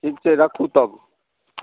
ठीक छै रखू तब